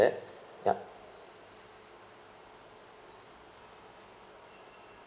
ya